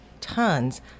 tons